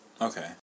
Okay